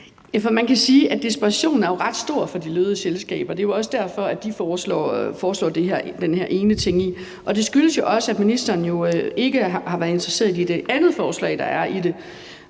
man kan sige, at desperationen hos de lødige selskaber er ret stor. Det er jo også derfor, at de foreslår den her ene ting. Og det skyldes jo også, at ministeren ikke har været interesseret i det andet forslag, der er i det.